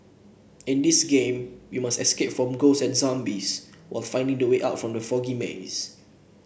in this game you must escape from ghosts and zombies while finding the way out from the foggy maze